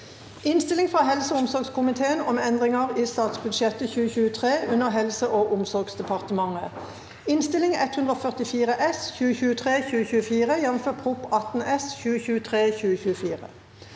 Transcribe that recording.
Innstilling fra helse- og omsorgskomiteen om Endringar i statsbudsjettet 2023 under Helse- og omsorgsdepartementet (Innst. 144 S (2023–2024), jf. Prop. 18 S (2023–2024))